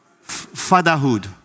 Fatherhood